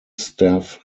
staff